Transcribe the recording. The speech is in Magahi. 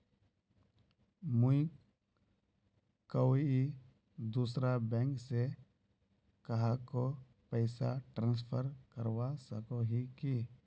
मुई कोई दूसरा बैंक से कहाको पैसा ट्रांसफर करवा सको ही कि?